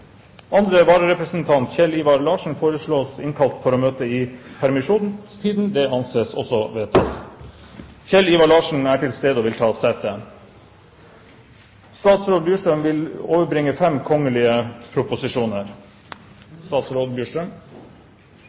Andre vararepresentant for Vest-Agder fylke, Kjell Ivar Larsen, innkalles for å møte i permisjonstiden. Kjell Ivar Larsen er til stede og vil ta sete. Representanten Ketil Solvik-Olsen vil